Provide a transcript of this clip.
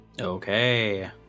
Okay